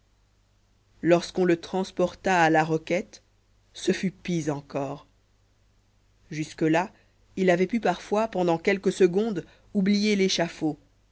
lorsqu'on le transporta à la roquette ce fut pis encore jusque-là il avait pu parfois pendant quelques secondes oublier